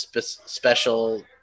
special